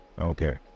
Okay